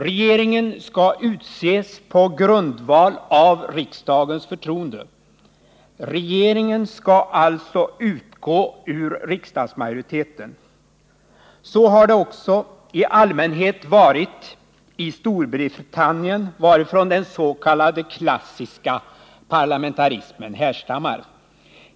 Regeringen skall utses på grundval av riksdagens förtroende. Regeringen skall alltså utgå ur riksdagsmajoriteten. Så har det också i allmänhet varit i Storbritannien, varifrån den s.k. klassiska parlamentarismen härstammar.